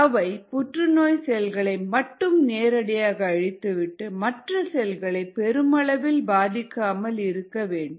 அவை புற்றுநோய் செல்களை மட்டும் நேரடியாக அழித்துவிட்டு மற்ற செல்களை பெருமளவில் பாதிக்காமல் இருக்க வேண்டும்